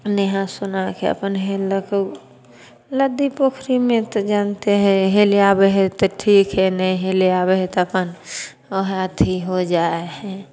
नहा सुनाके अपन हेललक नदी पोखरिमे तऽ जानते हइ हेलय आबै हइ तऽ ठीक हइ नहि हेलय आबै हइ तऽ अपन वएह अथी हो जाइ हइ